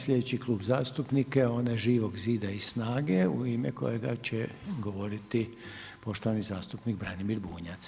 Sljedeći klub zastupnika je onaj Živog zida i SNAGA-e u ime kojega će govoriti poštovani zastupnik Branimir Bunjac.